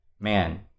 man